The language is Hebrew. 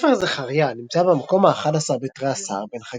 ספר זכריה נמצא במקום האחד עשר בתרי-עשר, בין